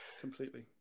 completely